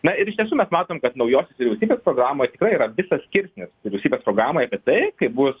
na ir iš tiesų mes matom kad naujos vyriausybės programoj tikrai yra kitas skirsnis vyriausybės programai apie tai kaip bus